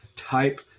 type